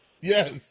Yes